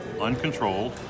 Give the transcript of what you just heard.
uncontrolled